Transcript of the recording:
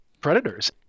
predators